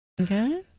Okay